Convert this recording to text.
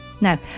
Now